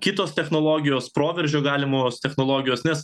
kitos technologijos proveržių galimos technologijos nes